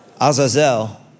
Azazel